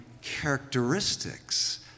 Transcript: characteristics